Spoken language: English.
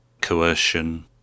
coercion